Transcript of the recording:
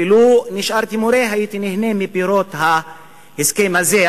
ולו נשארתי מורה הייתי נהנה מפירות ההסכם הזה,